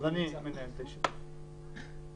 אני מנהל את הישיבה.